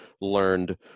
learned